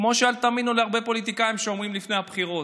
כמו שאל תאמינו להרבה פוליטיקאים שאומרים לפני הבחירות.